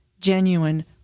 genuine